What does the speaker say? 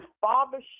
father